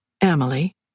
Emily